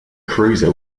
cruiser